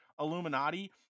Illuminati